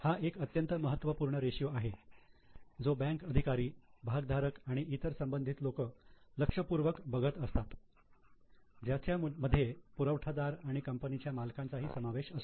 हा एक अत्यंत महत्त्वपूर्ण रेशियो आहे जो बँक अधिकारी भागधारक आणि इतर संबंधित लोक लक्षपुर्वक बघत असतात ज्यामध्ये पुरवठा दार आणि कंपनीच्या मालकांचाही समावेश असतो